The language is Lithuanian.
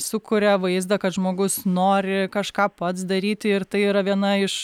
sukuria vaizdą kad žmogus nori kažką pats daryti ir tai yra viena iš